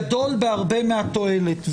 גדול בהרבה מהתועלת.